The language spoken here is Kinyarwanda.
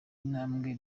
intambwe